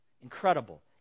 Incredible